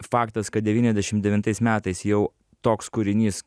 faktas kad devyniasdešim devintais metais jau toks kūrinys